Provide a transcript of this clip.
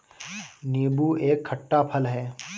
नीबू एक खट्टा फल है